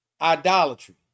idolatry